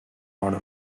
rhino